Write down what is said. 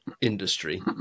industry